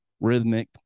rhythmic